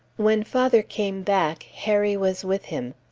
when father came back, harry was with him.